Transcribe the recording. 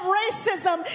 racism